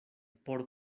por